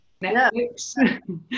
Netflix